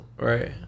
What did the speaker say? Right